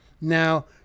Now